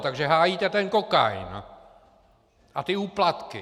Takže hájíte ten kokain a ty úplatky.